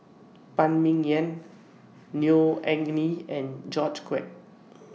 Phan Ming Yen Neo Anngee and George Quek